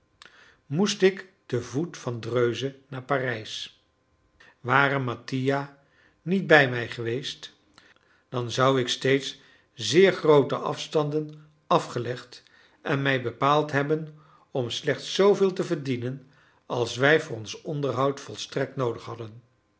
moest ik te voet van dreuze naar parijs ware mattia niet bij mij geweest dan zou ik steeds zeer groote afstanden afgelegd en mij bepaald hebben om slechts zooveel te verdienen als wij voor ons onderhoud volstrekt noodig hadden